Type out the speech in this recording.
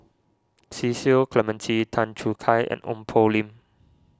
Cecil Clementi Tan Choo Kai and Ong Poh Lim